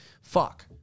fuck